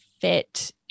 fit